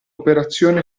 operazione